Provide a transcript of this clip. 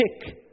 pick